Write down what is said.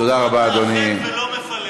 זה היה נאום מאוד מאחד ולא מפלג.